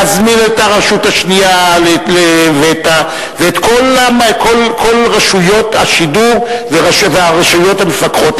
להזמין את הרשות השנייה ואת כל רשויות השידור והרשויות המפקחות,